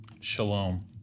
Shalom